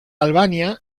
albania